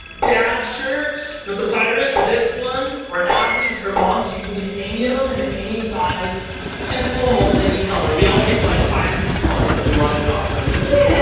dad's shirt with the pirate, this one, or adley's, or mom's, you can get any of them in any size and almost any color. we all picked like five or six colors that we wanted off from and